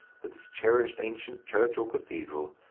with its cherished ancient church or cathedral,